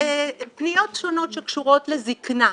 פניות שונות שקשורות לזקנה,